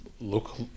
look